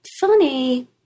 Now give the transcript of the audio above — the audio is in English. Funny